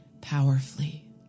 powerfully